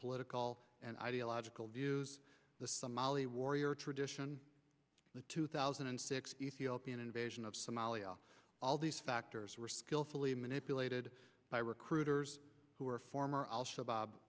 political and ideological views the somali warrior tradition the two thousand and six ethiopian invasion of somalia all these factors were skillfully manipulated by recruiters who were former al